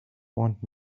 want